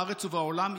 בארץ ובעולם,